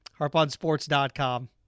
HarpOnSports.com